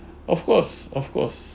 of course of course